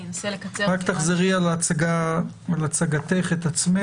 אשתדל לקצר כי חלק גדול מהדברים נאמרו